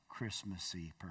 Christmassy